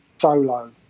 solo